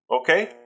Okay